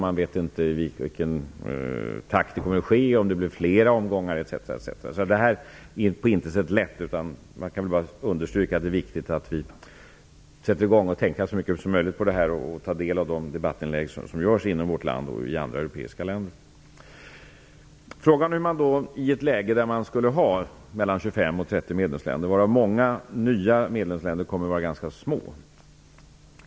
Man vet inte i vilken takt utvidgningen kommer att ske, om det blir i flera omgångar, etc. Det här är på intet sätt lätt. Man kan bara understryka att det är viktigt att vi sätter i gång och tänker så mycket som möjligt på det här och tar del av de debattinlägg som görs inom vårt land och i andra europeiska länder. Frågan är hur det blir i ett läge där man skulle ha mellan 25 och 30 medlemsländer varav många nya medlemsländer kommer att vara ganska små.